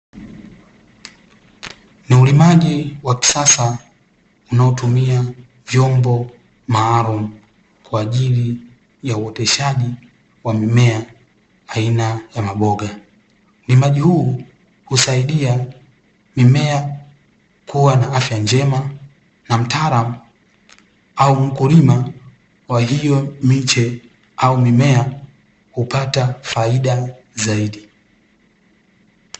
Ni ulimaji wa kisasa unaotumia vyombo maalumu, kwa ajili ya uoteshaji wa mimea aina ya maboga, Ulimaji huu husaidia mimea kuwa na afya njema na mtaalamu au mkulima wa hiyo miche au mimea hupata faida zaidi.